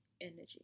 energy